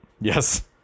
Yes